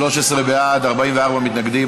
13 בעד, 44 מתנגדים.